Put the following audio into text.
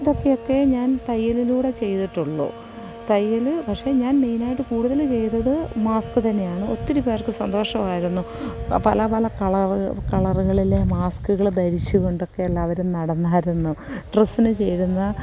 ഇതൊക്കൊക്കെ ഞാൻ തയ്യലിലൂടെ ചെയ്തിട്ടുള്ളൂ തയ്യൽ പക്ഷേ ഞാൻ മെയിൻ ആയിട്ട് കൂടുതൽ ചെയ്തത് മാസ്ക് തന്നെയാണ് ഒത്തിരി പേർക്ക് സന്തോഷമായിരുന്നു പല പല കളർ കളറുകളിലെ മാസ്കുകൾ ധരിച്ചു കൊണ്ടൊക്കെല്ലാവരും നടന്നായിരുന്നു ഡ്രസ്സിനു ചേരുന്ന